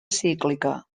cíclica